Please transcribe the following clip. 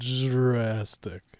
Drastic